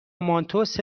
مانتو، سه